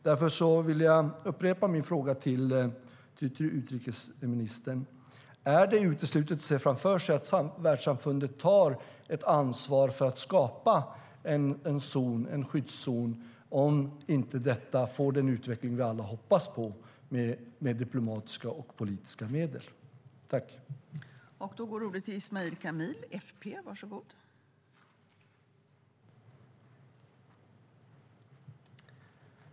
Därför vill jag upprepa min fråga till utrikesministern: Är det uteslutet att se framför sig att världssamfundet tar ansvar för att skapa en skyddszon, om inte diplomatiska och politiska medel ger den utveckling vi alla hoppas på?